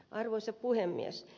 arvoisa puhemies